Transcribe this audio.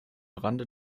rande